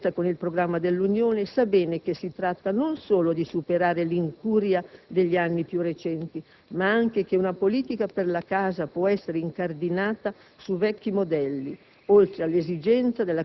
Il Governo, in coerenza con il programma dell'Unione, sa bene non solo che si tratta di superare l'incuria degli anni più recenti, ma anche che una politica per la casa non può essere incardinata su vecchi modelli: